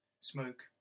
smoke